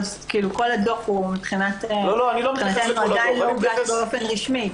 כאילו כל הדו"ח הוא מבחינתנו עדיין לא הוגש באופן רשמי.